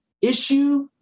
issue